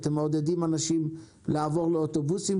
אתם מעודדים אנשים לעבור לאוטובוסים,